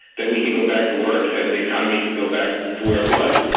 that we can go back to work and the economy can go back to where it was.